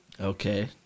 Okay